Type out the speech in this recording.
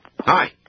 Hi